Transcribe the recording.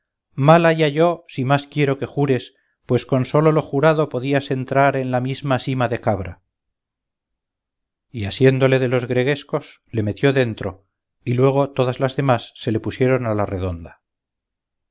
mal haya yo si más quiero que jures pues con sólo lo jurado podías entrar en la misma sima de cabra y asiéndole de los gregüescos le metió dentro y luego todas las demás se le pusieron a la redonda